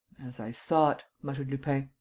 as i thought, muttered lupin.